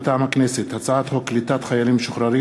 מטעם הכנסת: הצעת חוק קליטת חיילים משוחררים